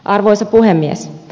arvoisa puhemies